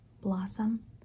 Blossom